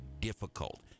difficult